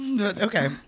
Okay